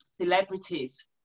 celebrities